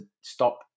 stop